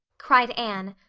cried anne,